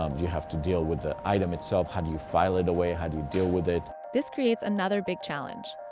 um you have to deal with the item itself. how do you file it away? how do you deal with it? this creates another big challenge.